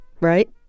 Right